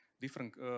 different